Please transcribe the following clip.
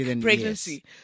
Pregnancy